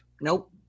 nope